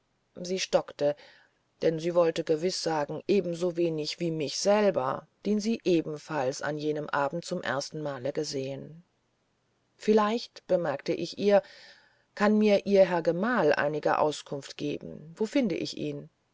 sie stockte denn sie wollte gewiß sagen ebensowenig wie mich selber den sie ebenfalls an jenem abende zum ersten male gesehen vielleicht bemerkte ich ihr kann mir ihr herr gemahl einige auskunft geben wo finde ich ihn